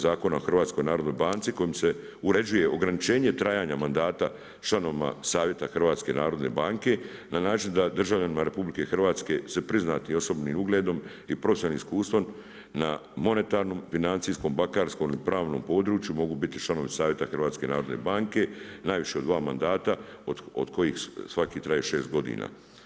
Zakona o HNB-u kojom se uređuje ograničenje trajanja mandata članovima Savjeta HNB-a na način da državljanima RH sa priznatim osobnim ugledom i profesionalnim iskustvom na monetarnu, financijskom bankarskom i pravnom području mogu biti članovi Savjeta HNB-a najviše u dva mandata od kojih svaki traje šest godina.